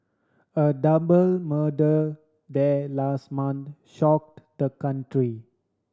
a double murder there last month shocked the country